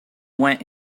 went